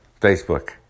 Facebook